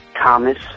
Thomas